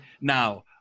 Now